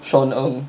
shawn ng